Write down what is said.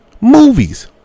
movies